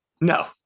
No